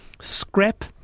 scrap